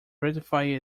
gratify